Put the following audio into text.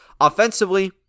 offensively